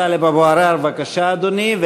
חבר הכנסת טלב אבו עראר, בבקשה, אדוני.